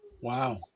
Wow